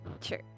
Sure